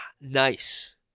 nice